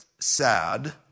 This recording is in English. Sad